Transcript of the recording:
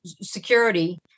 security